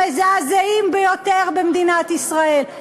המזעזעים ביותר במדינת ישראל?